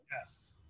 Yes